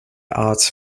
arts